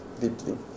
deeply